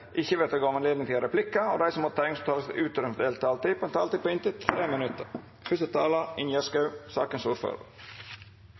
ikke bli gitt anledning til replikker, og de som måtte tegne seg på talerlisten utover den fordelte taletid, får en taletid på inntil 3 minutter.